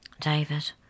David